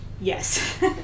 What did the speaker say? yes